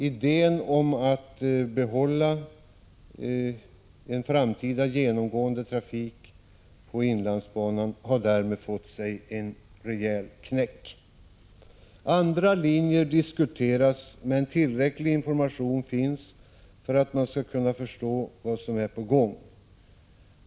Idén att behålla en framtida genomgående trafik på inlandsbanan har därmed fått sig en rejäl knäck. Andra linjer diskuteras, men tillräcklig information finns för att man skall kunna förstå vad som är på gång.